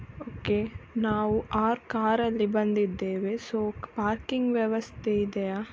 okay ನಾವು ಆರು ಕಾರಲ್ಲಿ ಬಂದಿದ್ದೇವೆ ಸೊ ಪಾರ್ಕಿಂಗ್ ವ್ಯವಸ್ಥೆ ಇದೆಯಾ